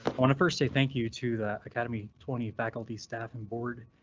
wanna first say thank you to the academy twenty faculty, staff and board.